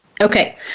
Okay